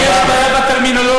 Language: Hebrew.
לטיבי יש בעיה בטרמינולוגיה,